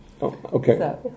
Okay